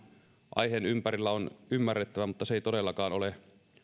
aiheen ympärillä on ymmärrettävää mutta se ei todellakaan ole